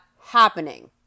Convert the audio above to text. happening